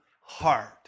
heart